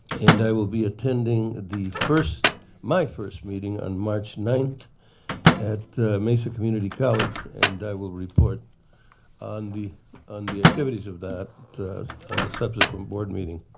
and i will be attending the first my first meeting on march ninth at mesa community college. and i will report on the on the activities of that on and the subsequent board meeting.